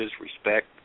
respect